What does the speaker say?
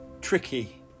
tricky